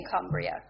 Cumbria